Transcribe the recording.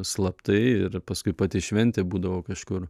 slaptai ir paskui pati šventė būdavo kažkur